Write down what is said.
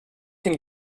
can